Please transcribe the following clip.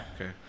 okay